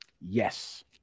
Yes